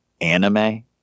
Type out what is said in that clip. anime